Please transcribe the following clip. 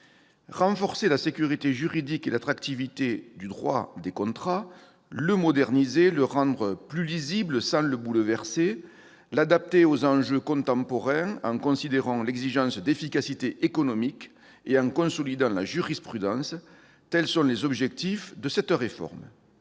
Renforcer la sécurité juridique et l'attractivité du droit des contrats, le moderniser, le rendre plus lisible sans le bouleverser, l'adapter aux enjeux contemporains en considérant l'exigence d'efficacité économique et en consolidant la jurisprudence, tels sont les objectifs de cette réforme.